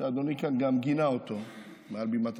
שאדוני כאן גם גינה אותו מעל בימת הכנסת,